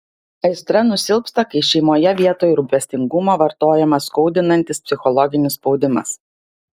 aistra nusilpsta kai šeimoje vietoj rūpestingumo vartojamas skaudinantis psichologinis spaudimas